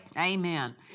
Amen